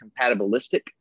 compatibilistic